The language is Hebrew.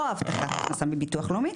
או הבטחת הכנסה מביטוח לאומי,